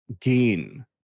gain